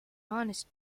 honest